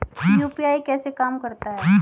UPI कैसे काम करता है?